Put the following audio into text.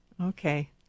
okay